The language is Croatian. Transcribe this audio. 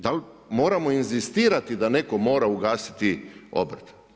Da li moramo inzistirati da netko mora ugasiti obrt?